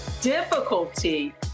difficulty